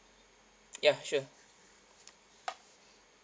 ya sure